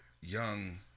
young